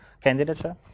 Candidature